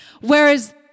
Whereas